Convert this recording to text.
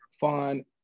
fun